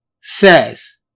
says